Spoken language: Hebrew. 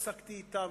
עסקתי אתם,